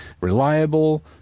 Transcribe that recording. reliable